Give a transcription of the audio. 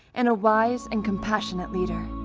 and a wise and compassionate leader.